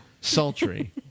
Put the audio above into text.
Sultry